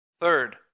Third